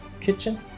kitchen